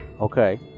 Okay